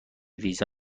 ویزا